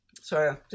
sorry